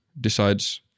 decides